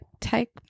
take –